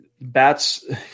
Bats